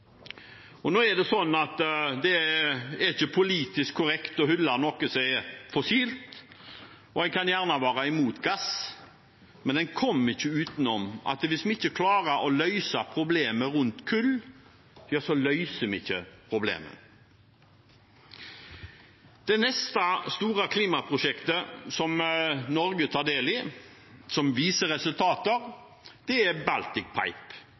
Nå er det sånn at det ikke er politisk korrekt å hylle noe som er fossilt. En kan gjerne være imot gass, men en kommer ikke utenom at hvis vi ikke klarer å løse problemet rundt kull, så løser vi ikke problemene. Det neste store klimaprosjektet som Norge tar del i, som viser resultater, er Baltic Pipe. Det er